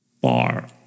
bar